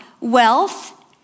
wealth